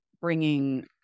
bringing